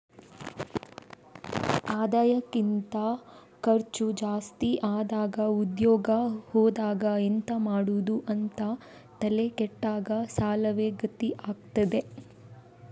ಆದಾಯಕ್ಕಿಂತ ಖರ್ಚು ಜಾಸ್ತಿ ಆದಾಗ ಉದ್ಯೋಗ ಹೋದಾಗ ಎಂತ ಮಾಡುದು ಅಂತ ತಲೆ ಕೆಟ್ಟಾಗ ಸಾಲವೇ ಗತಿ ಆಗ್ತದೆ